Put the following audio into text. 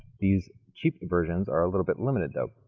these cheap versions are a little bit limited though.